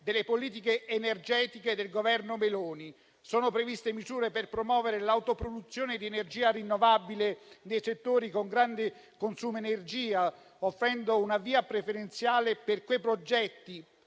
delle politiche energetiche del Governo Meloni. Sono previste misure per promuovere l'autoproduzione di energia rinnovabile nei settori con grande consumo di energia, offrendo una via preferenziale per i progetti